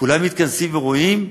כולם מתכנסים ורואים: